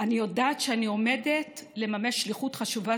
אני יודעת שאני עומדת לממש שליחות חשובה